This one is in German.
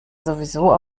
sowieso